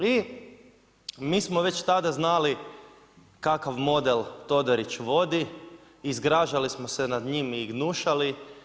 I mi smo već tada znali kakav model Todorić vodi i zgražali smo se nad njim i gnušali.